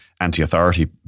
anti-authority